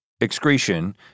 excretion